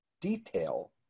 detail